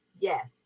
Yes